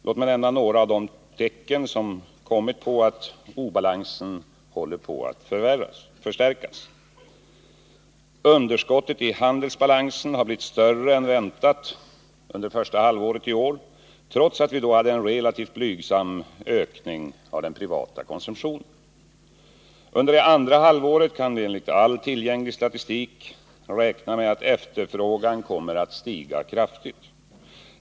Låt mig nämna några av de tecken som kommit på att obalansen håller på att förstärkas: Underskottet i handelsbalansen har blivit större än väntat under det första halvåret, trots att vi då hade en relativt blygsam ökning av den privata konsumtionen. Under det andra halvåret kan vi enligt all tillgänglig statistik räkna med att efterfrågan kommer att stiga kraftigt.